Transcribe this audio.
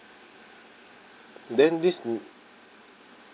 then this nan~